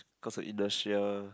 cause of inertia